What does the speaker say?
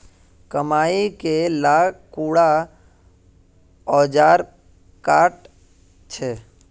मकई के ला कुंडा ओजार काट छै?